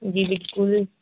जी बिल्कुल